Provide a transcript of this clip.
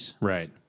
Right